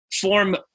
form